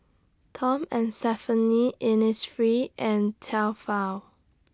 Tom and Stephanie Innisfree and Tefal